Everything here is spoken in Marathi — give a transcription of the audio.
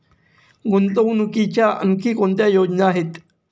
गुंतवणुकीच्या आणखी कोणत्या योजना आहेत?